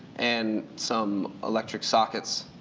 and some electric sockets.